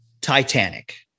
Titanic